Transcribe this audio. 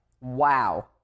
Wow